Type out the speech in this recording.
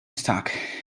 stock